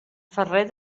ferrer